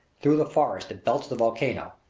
through the forest that belts the volcano,